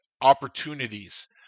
opportunities